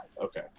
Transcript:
Okay